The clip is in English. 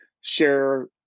share